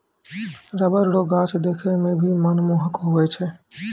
rubber रो गाछ देखै मे भी मनमोहक हुवै छै